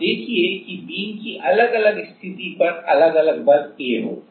अब देखिए कि बीम की अलग अलग स्थिति पर अलग अलग बल A होगा